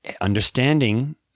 understanding